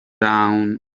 dawn